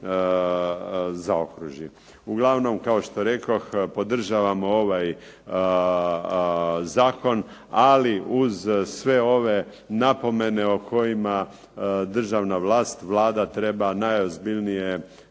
zaokruži. Uglavnom, kao što rekoh, podržavam ovaj zakon, ali uz sve ove napomene o kojima državna vlast, Vlada treba najozbiljnije